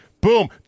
Boom